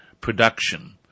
production